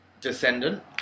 descendant